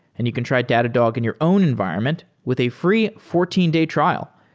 and you can try datadog in your own environment with a free fourteen day trial.